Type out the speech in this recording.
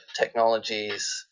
technologies